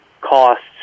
costs